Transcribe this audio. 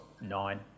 nine